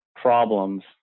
problems